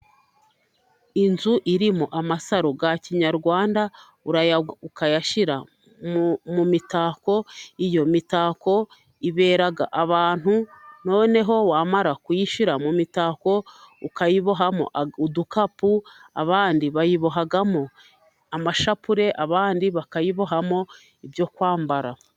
Inzu irimo amasaro ya kinyarwanda, urayagura ukayashyira mu mitako, iyo mitako ibera abantu, noneho wamara kuyishyira mu mitako, ukayibohamo udukapu, abandi bayibohamo amashapure, abandi bakayibohamo ibyo kwambara.